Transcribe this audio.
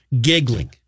giggling